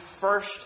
first